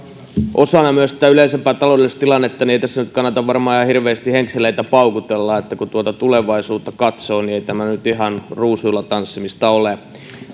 osana myös tätä yleisempää taloudellista tilannetta niin ei tässä nyt kannata varmaan ihan hirveästi henkseleitä paukutella eli kun tulevaisuutta katsoo niin ei tämä nyt ihan ruusuilla tanssimista ole